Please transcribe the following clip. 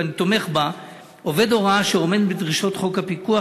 ואני תומך בה: "עובד הוראה אשר עומד בדרישות חוק הפיקוח,